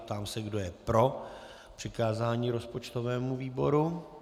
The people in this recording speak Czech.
Ptám se, kdo je pro přikázání rozpočtovému výboru.